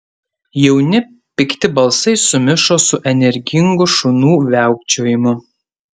jauni pikti balsai sumišo su energingu šunų viaukčiojimu